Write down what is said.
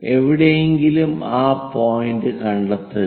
എവിടെയെങ്കിലും ആ പോയിന്റ് കണ്ടെത്തുക